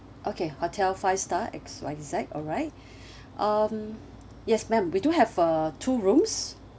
okay hotel five star X Y Z alright um yes ma'am we do have uh two rooms